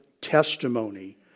testimony